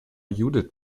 judith